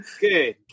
Good